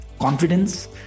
confidence